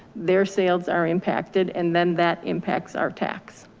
their sales are impacted, and then that impacts our tax.